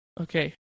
Okay